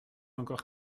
encore